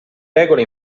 regola